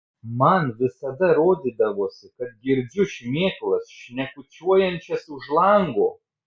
man visada rodydavosi kad girdžiu šmėklas šnekučiuojančias už lango